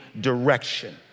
direction